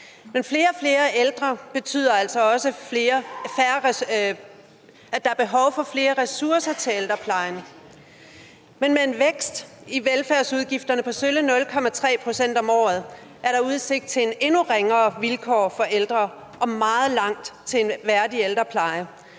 Men flere og flere ældre betyder altså også, at der er behov for flere ressourcer til ældreplejen, men med en vækst i velfærdsudgifterne på sølle 0,3 pct. om året er der udsigt til endnu ringere vilkår for de ældre og meget langt til en værdig ældrepleje.